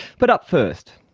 but up first,